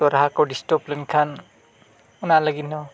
ᱛᱚ ᱨᱟᱦᱟ ᱠᱚ ᱰᱤᱥᱴᱨᱟᱵ ᱞᱮᱱᱠᱷᱟᱱ ᱚᱱᱟ ᱞᱟᱹᱜᱤᱫ ᱦᱚᱸ